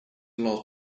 last